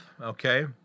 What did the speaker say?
okay